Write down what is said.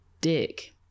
dick